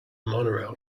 monorail